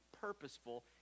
purposeful